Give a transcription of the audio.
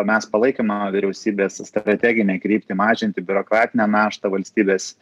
mes palaikome vyriausybės strateginę kryptį mažinti biurokratinę naštą valstybės